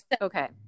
Okay